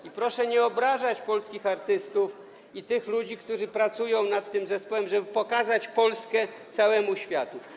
I proszę nie obrażać polskich artystów i tych ludzi, którzy pracują nad tym zespołem, żeby pokazać Polskę całemu światu.